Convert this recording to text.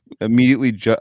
immediately